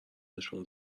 نشون